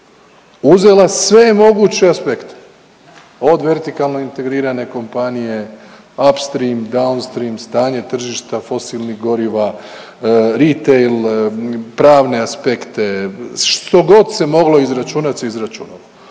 uzela sve moguće aspekte od vertikalno integrirane kompanije upstream, downstream, stanje tržišta fosilnih goriva, reteil, pravne aspekte, što god se moglo izračunati se izračunalo